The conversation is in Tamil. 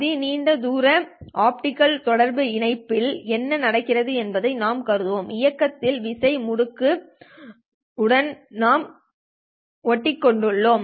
அதி நீண்ட தூர ஆப்டிகல் தொடர்பு இணைப்பு ல் என்ன நடக்கிறது என்பதை நாம் கருதுகிறோம் இயக்கத்தில் விசையை முடக்கு உடன் நாம் ஒட்டிக்கொள்வோம்